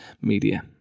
media